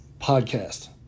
podcast